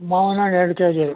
ಮಾವಿನ ಹಣ್ಣು ಎರಡು ಕೆಜಿ